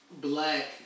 black